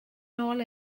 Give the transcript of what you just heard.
nôl